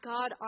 God